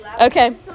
okay